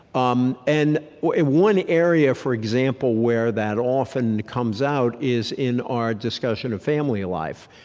um and one area, for example, where that often comes out is in our discussion of family life.